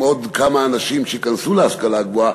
עם עוד כמה אנשים שייכנסו להשכלה הגבוהה,